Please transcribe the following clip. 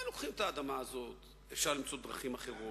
בלאו הכי הבטחתי לו שתי דקות.